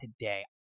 today